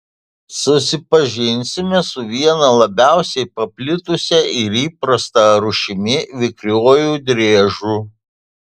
susipažinsime su viena labiausiai paplitusia ir įprasta rūšimi vikriuoju driežu